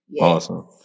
Awesome